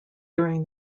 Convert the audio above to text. during